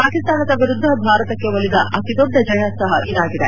ಪಾಕಿಸ್ತಾನ ವಿರುದ್ದ ಭಾರತಕ್ಕೆ ಒಲಿದ ಅತಿದೊಡ್ಡ ಜಯ ಸಹ ಇದಾಗಿದೆ